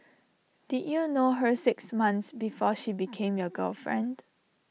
did you know her six months before she became your girlfriend